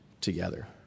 together